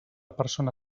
persona